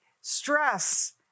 stress